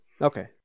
Okay